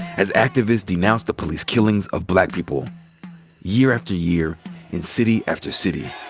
as activists denounced the police killing of black people year after year in city after city.